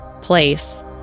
place